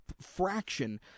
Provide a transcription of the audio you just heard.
fraction